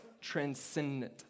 transcendent